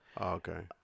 okay